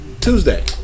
Tuesday